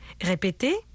Répétez